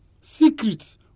Secrets